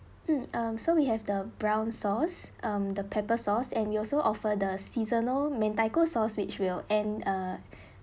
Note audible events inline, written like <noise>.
mm um so we have the brown sauce um the pepper sauce and we also offer the seasonal mentaiko sauce which will end uh <breath>